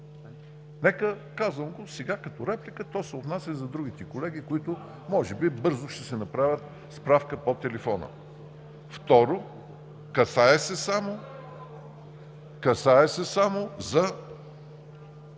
Казвам го сега като реплика – то се отнася и за другите колеги, които може би бързо ще си направят справка по телефона. Второ, касае се само за